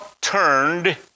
turned